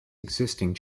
existing